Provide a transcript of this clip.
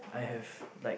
I have like